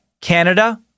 Canada